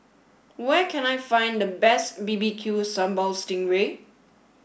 where can I find the best B B Q Sambal Stingray